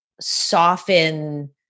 soften